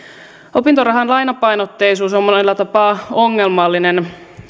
opintorahan lainapainotteisuus on monella tapaa ongelmallinen